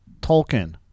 Tolkien